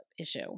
issue